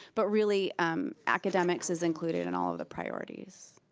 but really um academics is included in all of the priorities.